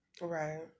Right